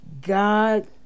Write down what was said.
God